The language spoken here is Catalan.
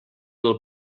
del